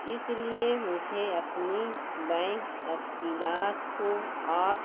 اس لیے مجھے اپنی بینک تفصیلات کو آپ